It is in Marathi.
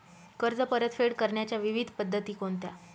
कर्ज परतफेड करण्याच्या विविध पद्धती कोणत्या?